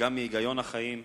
וגם מהגיון החיים.